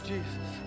Jesus